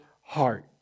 heart